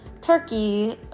turkey